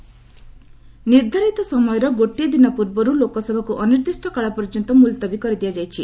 LS ଆଡ୍ଜର୍ଣ୍ଣ ନିର୍ଦ୍ଧାରିତ ସମୟର ଗୋଟିଏ ଦିନ ପୂର୍ବରୁ ଲୋକସଭାକୁ ଅନିର୍ଦ୍ଧିଷ୍ଟ କାଳ ପର୍ଯ୍ୟନ୍ତ ମୁଲତବୀ କରିଦିଆଯାଇଛି